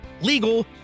legal